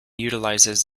utilizes